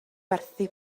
werthu